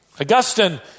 Augustine